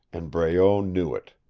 and breault knew it.